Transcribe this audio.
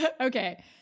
Okay